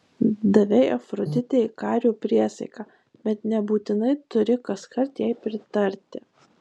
davei afroditei kario priesaiką bet nebūtinai turi kaskart jai pritarti